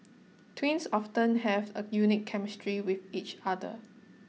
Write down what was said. twins often have a unique chemistry with each other